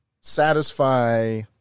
satisfy